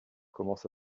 commence